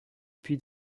puy